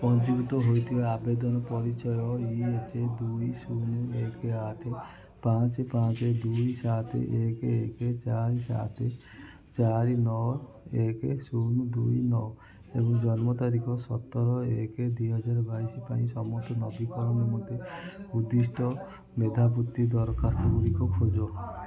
ପଞ୍ଜୀକୃତ ହୋଇଥିବା ଆବେଦନ ପରିଚୟ ଏଇ ଏଚ୍ ଦୁଇ ଶୂନ ଏକେ ଆଠ ପାଞ୍ଚ ପାଞ୍ଚ ଦୁଇ ସାତ ଏକ ଏକ ଚାରି ସାତ ଚାରି ନଅ ଏକ ଶୂନ ଦୁଇ ନଅ ଏବଂ ଜନ୍ମ ତାରିଖ ସତର ଏକ ଦୁଇ ହଜାର ବାଇଶ ପାଇଁ ସମସ୍ତ ନବୀକରଣ ନିମନ୍ତେ ଉଦ୍ଦିଷ୍ଟ ମେଧାବୃତ୍ତି ଦରଖାସ୍ତଗୁଡ଼ିକ ଖୋଜ